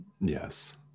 Yes